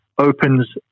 opens